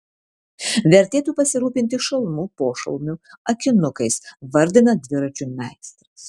vertėtų pasirūpinti šalmu pošalmiu akinukais vardina dviračių meistras